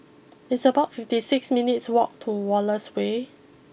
it's about fifty six minutes' walk to Wallace way